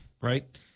right